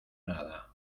nada